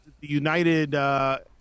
United